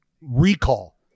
recall